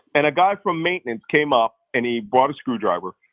and a guy from maintenance came up and he brought a screwdriver,